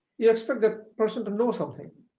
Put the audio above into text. you expect that person to know something,